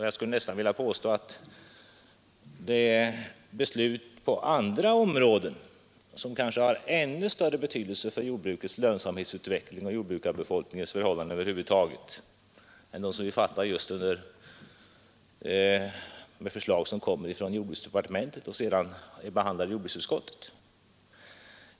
Jag skulle nästan vilja påstå att beslut på andra områden kanske har ännu större betydelse för jordbrukets lönsamhetsutveckling och jordbrukarbefolkningens förhållanden i stort än de som vi fattar på grundval av förslag från jordbruksdepartementet, som sedan behandlats i jordbruksutskottet.